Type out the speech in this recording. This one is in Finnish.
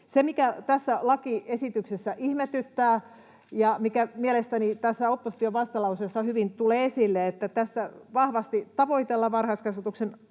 Se, mikä tässä lakiesityksessä ihmetyttää ja mikä mielestäni tässä opposition vastalauseessa hyvin tulee esille, on se, että tässä vahvasti tavoitellaan varhaiskasvatuksen